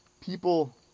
people